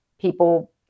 people